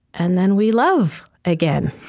and then we love again.